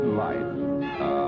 life